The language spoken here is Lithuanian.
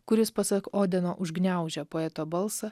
kuris pasak odino užgniaužia poeto balsą